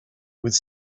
with